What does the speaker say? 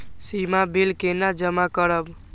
सीमा bill केना जमा करब?